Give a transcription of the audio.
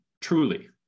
Truly